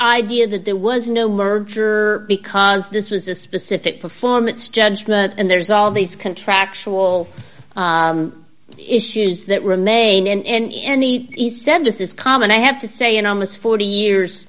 idea that there was no merger because this was a specific performance judgement and there's all these contractual issues that remain and anything he said this is common i have to say in almost forty years